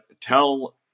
tell